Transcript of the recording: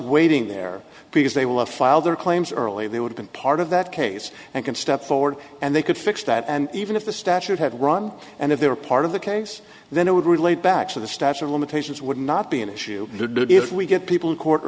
waiting there because they will file their claims early they would been part of that case and can step forward and they could fix that and even if the statute had run and if they were part of the case then it would relate back to the statute of limitations would not be an issue if we get people in court